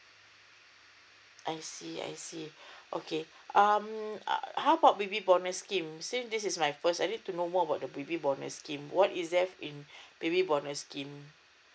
I see I see okay um uh how about baby bonus scheme say this is my first I need to know more about the baby bonus scheme what is in there for baby bonus scheme